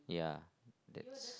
ya that's